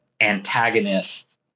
antagonist